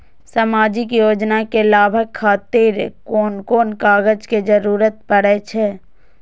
सामाजिक योजना के लाभक खातिर कोन कोन कागज के जरुरत परै छै?